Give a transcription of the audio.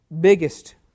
biggest